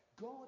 God